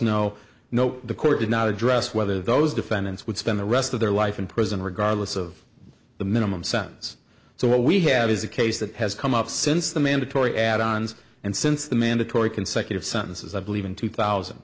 no note the court did not address whether those defendants would spend the rest of their life in prison regardless of the minimum sounds so what we have is a case that has come up since the mandatory add ons and since the mandatory consecutive sentences i believe in two thousand